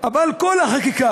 אבל כל החקיקה,